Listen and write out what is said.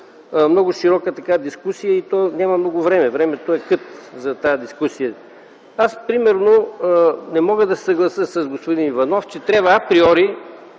много широка дискусия, а то, няма много време – времето е кът, за тази дискусия. Аз, примерно, не мога да се съглася с господин Иванов, че трябва априори,